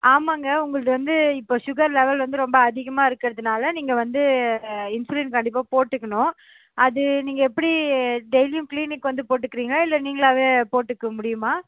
ஆமாங்க உங்களுது வந்து இப்போ சுகர் லெவல் வந்து ரொம்ப அதிகமாக இருக்கிறதுனால நீங்கள் வந்து இன்சுலின் கண்டிப்பாக போட்டுக்கணும் அது நீங்கள் எப்படி டெய்லியும் கிளீனிக் வந்து போட்டுக்கிறிங்களா இல்லை நீங்களாகவே போட்டுக்க முடியுமா